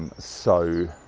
and so,